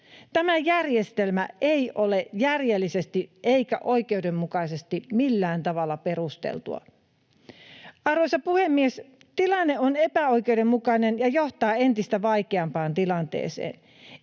Tämä järjestelmä ei ole järjellisesti eikä oikeudenmukaisesti millään tavalla perusteltu. Arvoisa puhemies! Tilanne on epäoikeudenmukainen ja johtaa entistä vaikeampaan tilanteeseen.